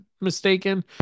mistaken